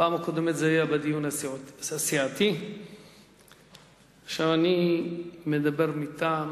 בפעם הקודמת זה היה בדיון הסיעתי ועכשיו אני מדבר מטעם